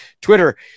Twitter